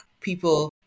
people